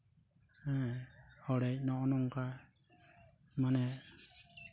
ᱦᱮᱸ ᱦᱚᱲᱮᱡ ᱱᱚᱜᱼᱚ ᱱᱚᱝᱠᱟ ᱢᱟᱱᱮ